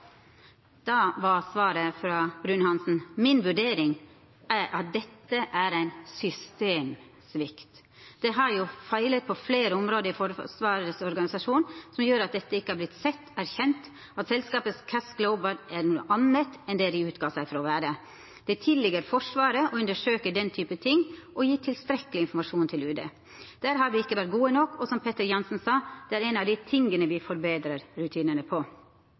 var svaret frå Bruun-Hanssen: «Min vurdering av det er at dette er en systemsvikt. Det har jo feilet på flere områder i Forsvarets organisasjon, som gjør at dette ikke har blitt sett, erkjent, at selskapet CAS Global er noe annet enn det de utga seg for å være. Det tilligger Forsvaret å undersøke den type ting og gi tilstrekkelig infomasjon til UD. Der har vi ikke vært gode nok, og, som Petter Jansen sa, det er en av de tingene vi forbedrer rutinene på.